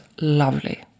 lovely